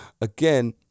again